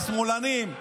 השמאלנים,